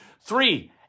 Three